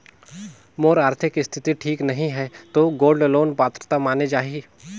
मोर आरथिक स्थिति ठीक नहीं है तो गोल्ड लोन पात्रता माने जाहि?